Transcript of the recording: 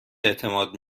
اعتماد